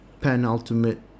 penultimate